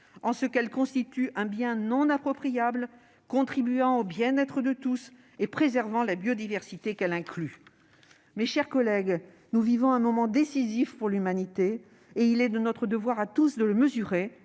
en ce qu'elle constitue un bien non appropriable, contribuant au bien-être de tous et préservant la biodiversité qu'elle inclut. Mes chers collègues, nous vivons un moment décisif pour l'humanité. Il est de notre devoir à tous de le mesurer